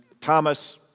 Thomas